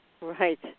Right